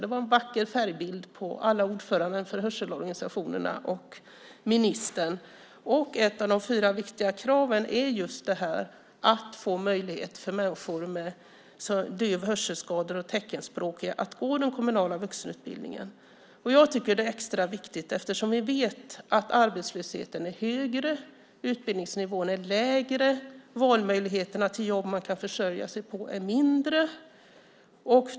Det var en vacker färgbild på alla ordförandena för hörselorganisationerna och ministern. Ett av de fyra viktiga kraven är just att få möjlighet för teckenspråkiga människor som är döva och hörselskadade att gå den kommunala vuxenutbildningen. Det är extra viktigt eftersom vi vet att arbetslösheten är högre, utbildningsnivån är lägre och valmöjligheterna till jobb som man kan försörja sig på är färre.